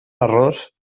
errors